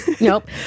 Nope